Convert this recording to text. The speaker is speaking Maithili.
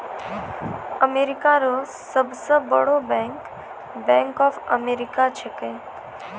अमेरिका रो सब से बड़ो बैंक बैंक ऑफ अमेरिका छैकै